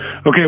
okay